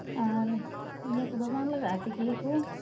ᱟᱨ ᱤᱭᱟᱹ ᱠᱚᱫᱚ ᱵᱟᱝ ᱞᱟᱜᱟᱜᱼᱟ ᱴᱤᱠᱞᱤ ᱠᱚ